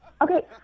Okay